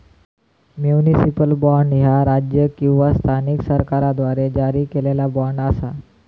municipal bond, ह्या राज्य किंवा स्थानिक सरकाराद्वारा जारी केलेला बॉण्ड असा